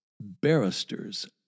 barristers